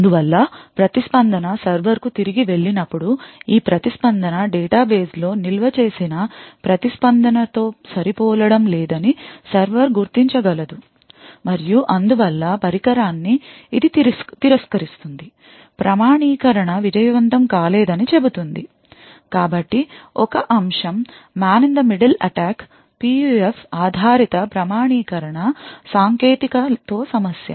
అందువల్ల ప్రతిస్పందన సర్వర్కు తిరిగి వెళ్ళినప్పుడు ఈ ప్రతిస్పందన డేటాబేస్ లో నిల్వ చేసిన ప్రతిస్పందన తో సరిపోలడం లేదని సర్వర్ గుర్తించగలదు మరియు అందువల్ల పరికరాన్ని ఇది తిరస్కరిస్తుంది ప్రామాణీకరణ విజయవంతం కాలేదని చెబుతుంది కాబట్టి ఒక అంశం man in the middle attack PUF ఆధారిత ప్రామాణీకరణ సాంకేతికత తో సమస్య